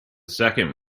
second